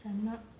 I'm not